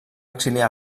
exiliar